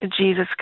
jesus